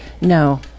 No